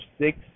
six